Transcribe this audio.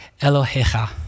Elohecha